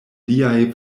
liaj